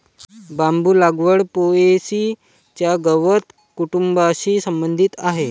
बांबू लागवड पो.ए.सी च्या गवत कुटुंबाशी संबंधित आहे